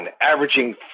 averaging